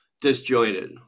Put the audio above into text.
disjointed